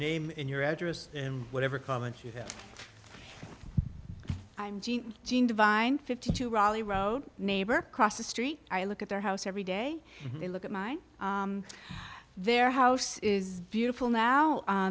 name in your address and whatever comments you have i'm jeanne jeanne divine fifty two raleigh road neighbor across the street i look at their house every day they look at my their house is beautiful now